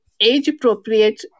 age-appropriate